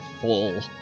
full